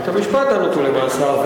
בית-המשפט דן אותו למאסר.